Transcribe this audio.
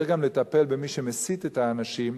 צריך גם לטפל במי שמסית את האנשים,